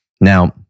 Now